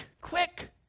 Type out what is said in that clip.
quick